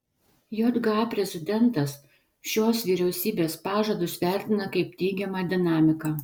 jga prezidentas šiuos vyriausybės pažadus vertina kaip teigiamą dinamiką